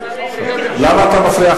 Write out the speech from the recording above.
למה אתה מפריע,